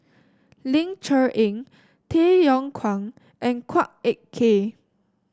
Ling Cher Eng Tay Yong Kwang and Chua Ek Kay